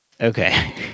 Okay